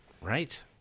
Right